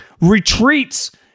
retreats